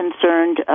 concerned